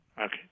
Okay